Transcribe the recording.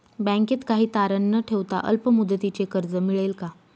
बँकेत काही तारण न ठेवता अल्प मुदतीचे कर्ज मिळेल का?